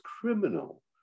criminal